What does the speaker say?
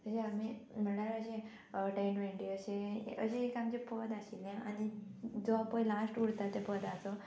तशें आमी म्हणल्यार अशें टेन ट्वेंटी अशें अशें एक आमचें पद आशिल्लें आनी जो पय लास्ट उरता ते पदाचो